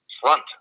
front